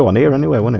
ah near anywhere